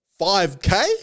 5K